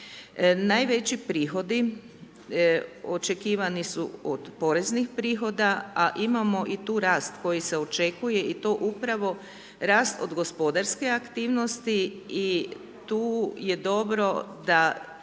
Najveći prihodi očekivani su od poreznih prihoda, a imamo i tu rast koji se očekuje i to upravo rast od gospodarske aktivnosti i tu je dobro da